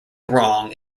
wrong